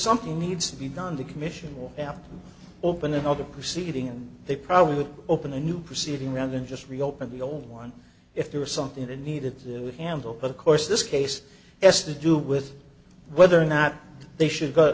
something needs to be done to commission will now open another proceeding and they probably would open a new proceeding rather than just reopen the old one if there was something they needed to handle but of course this case s to do with whether or not they should go